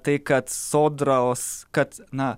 tai kad sodraos kad na